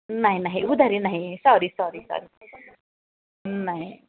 नाही नाही उधारी नाही सॉरी सॉरी सॉरी नाही